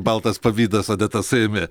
baltas pavydas odeta suėmė